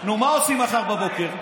נו, מה עושים מחר בבוקר?